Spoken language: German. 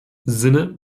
sinne